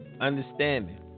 understanding